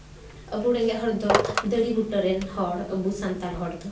ᱟᱵᱚ ᱨᱮᱸᱜᱮᱡ ᱦᱚᱲ ᱫᱚ ᱫᱟᱨᱮ ᱵᱩᱴᱟᱹᱨᱮᱱ ᱦᱚᱲ ᱟᱵᱚ ᱥᱟᱱᱛᱟᱲ ᱦᱚᱲ ᱫᱚ